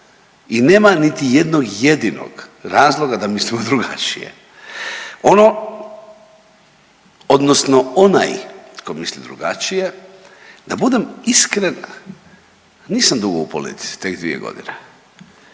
i nema niti jednog jedinog razloga da mislimo drugačije. Ono odnosno onaj tko misli drugačije da budem iskren, nisam dugo u politici tek dvije godine,